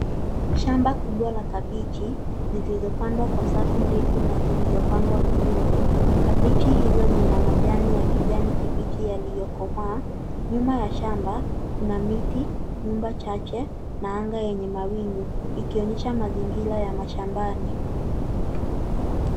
Shamba kubwa la kabichi zilizopandwa kwa safu ndefu na zilizopangwa vizuri, kabichi hizo zina majani ya kijani kibichi yaliyokomaa, nyuma ya shamba kuna miti, nyumba chache na anga yenye mawingu ikionyesha mazingira ya mashambani.